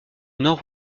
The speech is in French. nord